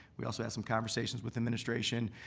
we also had some conversations with administration.